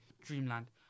dreamland